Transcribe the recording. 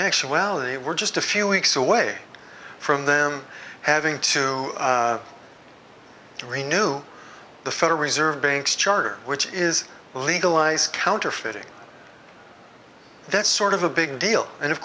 actuality we're just a few weeks away from them having to do a new the federal reserve banks charter which is legalized counterfeiting that's sort of a big deal and of